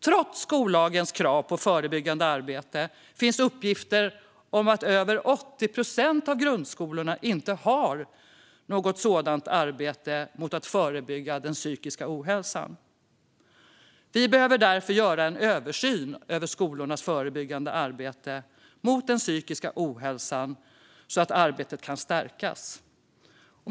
Trots skollagens krav på förebyggande arbete finns uppgifter om att över 80 procent av grundskolorna inte har något sådant arbete för att förebygga den psykiska ohälsan. Vi behöver därför göra en översyn av skolornas förebyggande arbete mot den psykiska ohälsan så att arbetet kan stärkas. Fru talman!